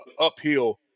uphill